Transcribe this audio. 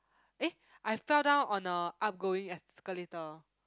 eh I fell down on a up going escalator